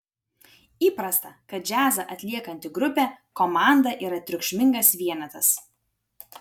įprasta kad džiazą atliekanti grupė komanda yra triukšmingas vienetas